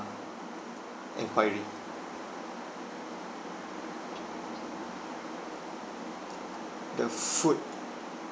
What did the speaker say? enquiry the food